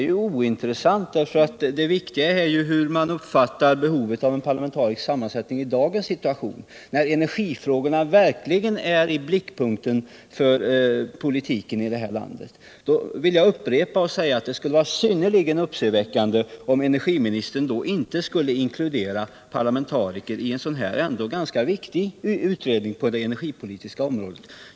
Men det är ointressant, eftersom det viktiga är hur man uppfattar behovet av en parlamentarisk sammansättning i dagens situation, när energifrågorna verkligen är i blickpunkten för politiken i vårt land. Jag vill upprepa att det skulle vara synnerligen: uppseendeväckande om energiministern inte skulle inkludera parlamentariker i en sådan här ändå ganska viktig utredning på det energipolitiska området.